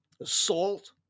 assault